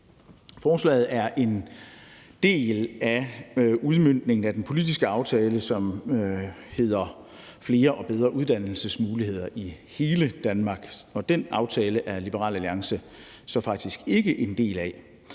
Forslaget er en del af udmøntningen af den politiske aftale, som hedder »Flere og bedre uddannelsesmuligheder i hele Danmark«. Den aftale er Liberal Alliance så faktisk ikke en del af.